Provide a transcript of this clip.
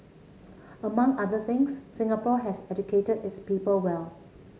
among other things Singapore has educated its people well